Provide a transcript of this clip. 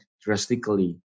drastically